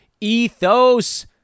ethos